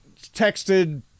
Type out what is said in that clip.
texted